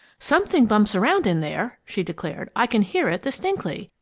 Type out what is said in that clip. something bumps around in there! she declared. i can hear it distinctly,